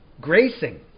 Gracing